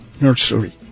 nursery